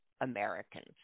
Americans